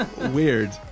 Weird